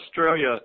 Australia